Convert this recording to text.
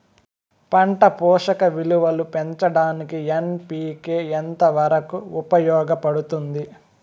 పంట పోషక విలువలు పెంచడానికి ఎన్.పి.కె ఎంత వరకు ఉపయోగపడుతుంది